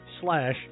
slash